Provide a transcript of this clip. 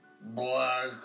black